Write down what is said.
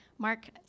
Mark